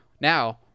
Now